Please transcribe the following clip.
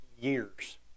years